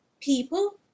people